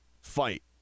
fight